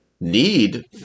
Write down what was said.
need